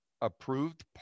approved